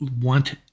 want